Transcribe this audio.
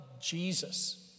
Jesus